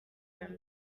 him